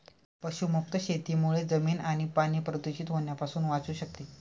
पशुमुक्त शेतीमुळे जमीन आणि पाणी प्रदूषित होण्यापासून वाचू शकते